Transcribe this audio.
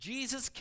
Jesus